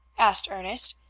asked ernest.